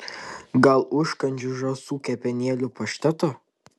gal užkandžiui žąsų kepenėlių pašteto